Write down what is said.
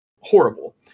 horrible